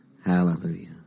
Hallelujah